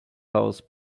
house